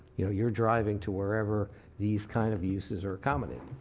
you know you're driving to wherever these kind of uses are accommodated.